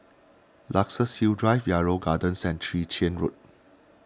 Luxus Hill Drive Yarrow Gardens and Chwee Chian Road